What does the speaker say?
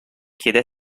chiede